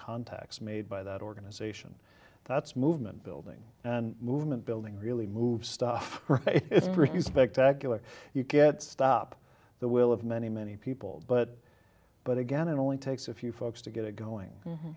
contacts made by that organization that's movement building and movement building really moves stuff it's pretty spectacular you get stop the will of many many people but but again it only takes a few folks to get it going